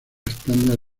estándar